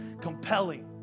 compelling